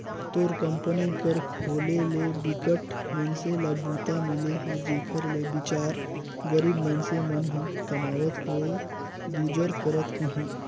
तोर कंपनी कर खोले ले बिकट मइनसे ल बूता मिले हे जेखर ले बिचार गरीब मइनसे मन ह कमावत होय गुजर करत अहे